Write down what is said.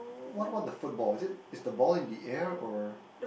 what about the football is it is the ball in the air or